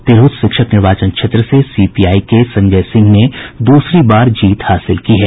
तिरहुत शिक्षक निर्वाचन क्षेत्र से सीपीआई के संजय सिंह ने दूसरी बार जीत हासिल की है